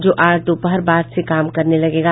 जो आज दोपहर बाद से काम करने लगेगा